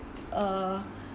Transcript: uh